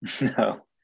No